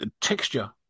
texture